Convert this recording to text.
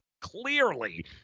clearly